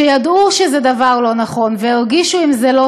שידעו שזה דבר לא נכון, והרגישו לא טוב עם זה,